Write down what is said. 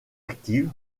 active